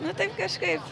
nu taip kažkaip